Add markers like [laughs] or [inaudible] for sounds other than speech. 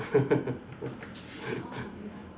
[laughs]